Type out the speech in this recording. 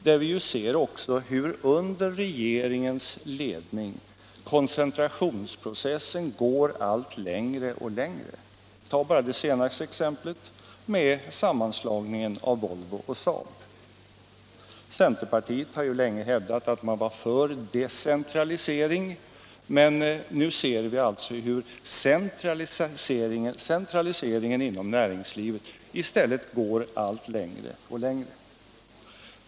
Vi kan ju konstatera hur under regeringens ledning koncentrationsprocessen går allt längre — ta bara det senaste exemplet på det, nämligen sammanslagningen mellan Volvo och SAAB. Centerpartiet har ju länge hävdat att man var för decentralisering, men nu ser vi alltså hur i stället centraliseringen inom näringslivet går allt längre.